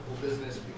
business